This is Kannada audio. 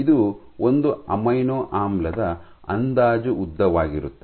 ಇದು ಒಂದು ಅಮೈನೊ ಆಮ್ಲದ ಅಂದಾಜು ಉದ್ದವಾಗಿರುತ್ತದೆ